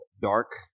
Dark